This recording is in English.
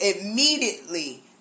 immediately